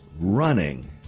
running